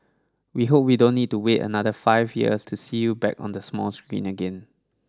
we hope we don't need to wait another five years to see you back on the small screen again